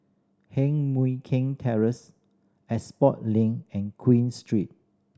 Heng Mui Keng Terrace Expo Link and Queen Street